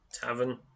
tavern